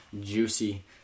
juicy